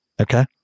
Okay